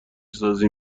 سازی